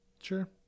Sure